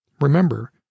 Remember